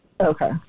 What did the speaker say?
Okay